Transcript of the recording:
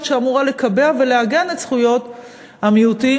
שאמורה לקבע ולעגן את זכויות המיעוטים,